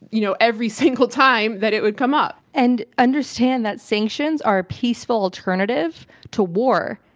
you know every single time that it would come up. and understand that sanctions are a peaceful alternative to war.